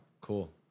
Cool